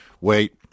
wait